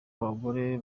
abagore